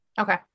Okay